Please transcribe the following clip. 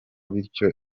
bityo